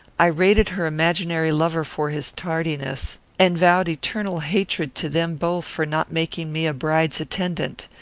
i rated her imaginary lover for his tardiness, and vowed eternal hatred to them both for not making me a bride's attendant.